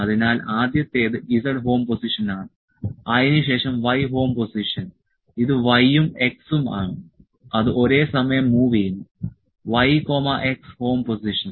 അതിനാൽ ആദ്യത്തേത് z home position ആണ് അതിനുശേഷം y ഹോം പൊസിഷൻ ഇത് y ഉം x ഉം ആണ് അത് ഒരേസമയം മൂവ് ചെയ്യുന്നു y x ഹോം പൊസിഷൻ